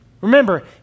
remember